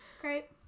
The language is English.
great